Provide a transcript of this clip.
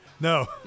No